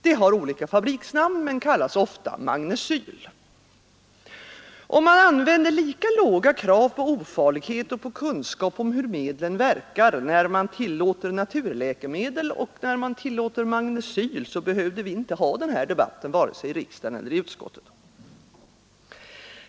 Det har olika fabriksnamn men kallas ofta magnecyl. Om man ställde lika låga krav på ofarlighet och på kunskap om hur medlen verkar när man tillåter naturläkemedel som när man tillåter magnecyl så behövde vi inte ha den här debatten vare sig i kammaren eller i utskottet.